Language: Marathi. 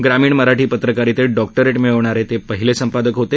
ग्रामीण मराठी पत्रकारितेत डॉक्टरेक्ट मिळवणारे ते पहिले संपादक होते